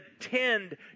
attend